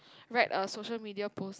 write a social media post